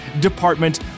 Department